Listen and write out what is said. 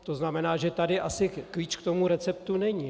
To znamená že tady asi klíč k receptu není.